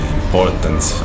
importance